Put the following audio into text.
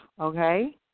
okay